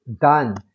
done